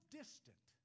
distant